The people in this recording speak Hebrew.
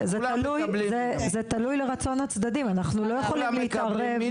זה תלוי לרצון הצדדים, אנחנו לא יכולים להתערב.